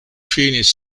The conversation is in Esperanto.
finis